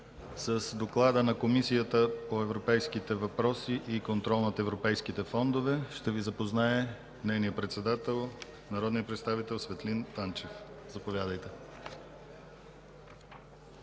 С доклада на Комисията по европейските въпроси и контрол над европейските фондове ще Ви запознае нейният председател народният представител Светлин Танчев. Заповядайте.